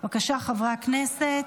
בבקשה, חברי הכנסת,